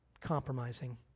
compromising